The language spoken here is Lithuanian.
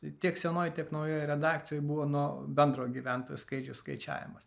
tiek senoj tiek naujoj redakcijoj buvo nuo bendro gyventojų skaičiaus skaičiavimas